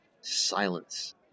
Silence